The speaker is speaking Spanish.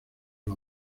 los